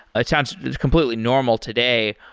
it sounds completely normal today,